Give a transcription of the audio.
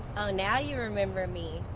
oh now, you remember me?